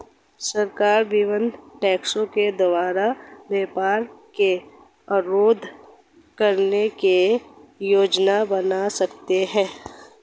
सरकार विभिन्न टैक्सों के द्वारा व्यापार को अवरुद्ध करने की योजना बना सकती है